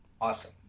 awesome